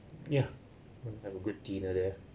yeah then have a good dinner there